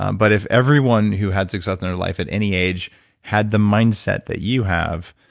um but if everyone who had success in their life at any age had the mindset that you have,